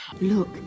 look